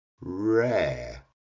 rare